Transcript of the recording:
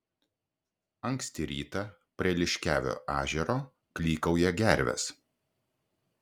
anksti rytą prie liškiavio ežero klykauja gervės